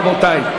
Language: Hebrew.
רבותי.